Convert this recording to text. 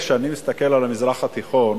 כשאני מסתכל על המזרח התיכון,